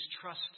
trust